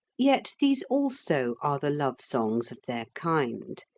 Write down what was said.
yet these also are the love-songs of their kind,